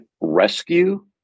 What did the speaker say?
rescue